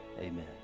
Amen